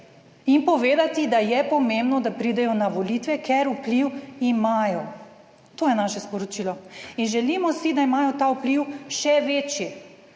in povedati, da je pomembno, da pridejo na volitve, ker vpliv imajo. To je naše sporočilo in želimo si, da imajo ta vpliv še večji